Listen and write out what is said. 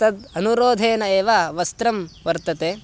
तद् अनुरोधेन एव वस्त्रं वर्तते